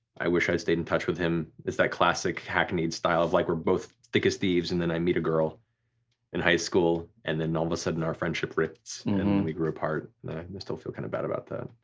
i wish i had stayed in touch with him as that classic hackneyed style of like we're both thick as thieves, and then i meet a girl in high school, and then all of a sudden our friendship rips and we grew apart. and i still feel kinda bad about that.